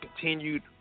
continued